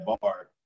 bar